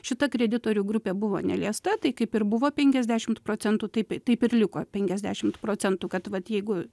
šita kreditorių grupė buvo neliesta tai kaip ir buvo penkiasdešimt procentų taip taip ir liko penkiasdešimt procentų kad vat jeigu